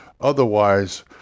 Otherwise